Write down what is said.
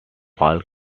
all